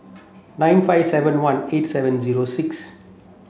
nine five seven one eight seven zero six